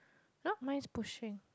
no mine is pushing